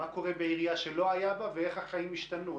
מה קורה בעירייה שלא היה בה ואיך החיים השתנו?